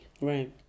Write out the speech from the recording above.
Right